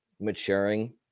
maturing